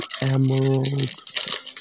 emerald